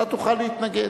אתה תוכל להתנגד.